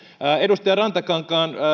edustaja rantakankaan